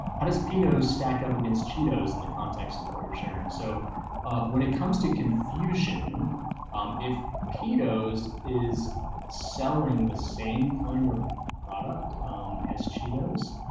how does peto stack up against cheetos in the context of what you're sharing. so when it comes to confusion if tito's is selling the same kind of product as cheetos.